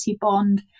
bond